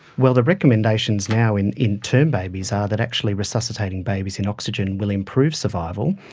well, the recommendations now in in term babies are that actually resuscitating babies in oxygen will improve survival,